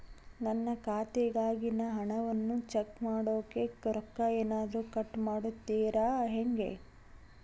ನನ್ನ ಖಾತೆಯಾಗಿನ ಹಣವನ್ನು ಚೆಕ್ ಮಾಡೋಕೆ ರೊಕ್ಕ ಏನಾದರೂ ಕಟ್ ಮಾಡುತ್ತೇರಾ ಹೆಂಗೆ?